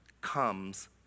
comes